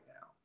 now